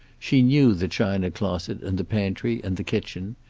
she knew the china closet and the pantry, and the kitchen.